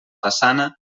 façana